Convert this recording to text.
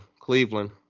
Cleveland